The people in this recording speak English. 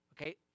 okay